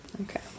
Okay